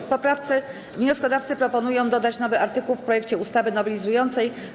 W poprawce wnioskodawcy proponują dodać nowy artykuł w projekcie ustawy nowelizującej.